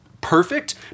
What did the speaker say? perfect